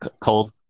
cold